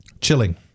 chilling